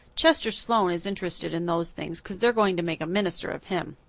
chester sloane is interested in those things, cause they're going to make a minister of him.